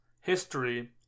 history